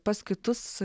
pas kitus